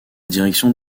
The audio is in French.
direction